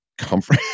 Comfort